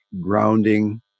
grounding